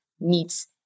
meets